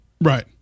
Right